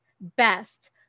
best